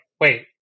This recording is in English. wait